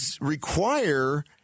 require